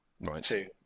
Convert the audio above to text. Right